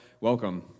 welcome